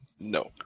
No